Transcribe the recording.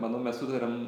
manau mes sutariam